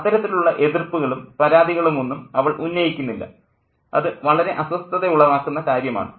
അത്തരത്തിലുള്ള എതിർപ്പുകളും പരാതികളുമൊന്നും അവൾ ഉന്നയിക്കുന്നില്ല അത് വളരെ അസ്വസ്ഥത ഉളവാക്കുന്ന കാര്യമാണ്